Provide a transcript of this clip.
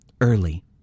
early